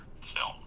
film